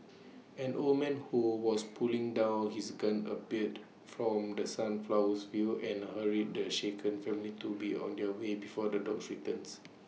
an old man who was putting down his gun appeared from the sunflowers fields and hurried the shaken family to be on their way before the dogs returns